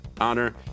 honor